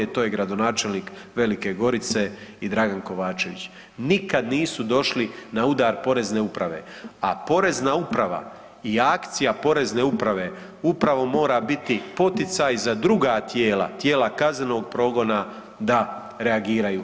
To je gradonačelnik Velike Gorice i Dragan Kovačević nikada nisu došli na udar Porezne uprave, a Porezna uprava i akcija Porezne uprave upravo mora biti poticaj za druga tijela, tijela kaznenog progona da reagiraju.